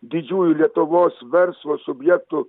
didžiųjų lietuvos verslo subjektų